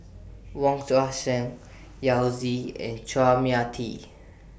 Wong Tuang Seng Yao Zi and Chua Mia Tee